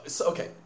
Okay